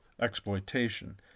exploitation